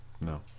No